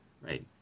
Right